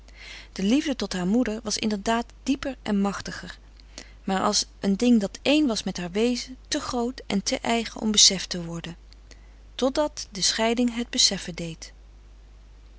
de liefde tot haar moeder was inderdaad dieper en machtiger maar als een ding dat één was met haar wezen te groot en te eigen om beseft te worden totdat de scheiding het beseffen deed